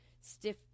stiff